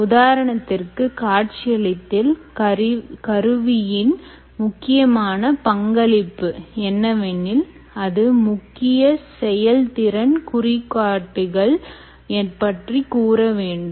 உதாரணத்திற்கு காட்சியளித்தல் கருவியின் முக்கியமான பங்களிப்பு என்னவெனில் அது முக்கிய செயல் திறன் குறிகாட்டிகள் பற்றி கூற வேண்டும்